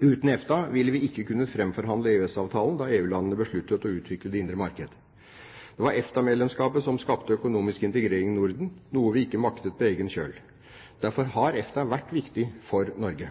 Uten EFTA ville vi ikke kunnet framforhandle EØS-avtalen da EU besluttet å utvikle det indre marked. Det var EFTA-medlemskapet som skapte økonomisk integrering i Norden, noe vi ikke maktet på egen kjøl. Derfor har EFTA vært viktig for Norge.